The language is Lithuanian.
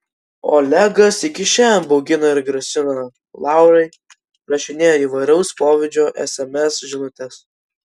olegas iki šiandien baugina ir grasina laurai rašinėja įvairaus pobūdžio sms žinutes